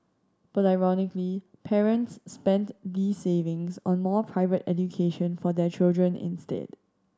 but ironically parents spent these savings on more private education for their children instead